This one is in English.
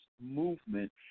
movement